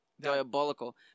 diabolical